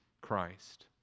Christ